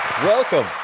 welcome